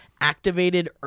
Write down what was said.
activated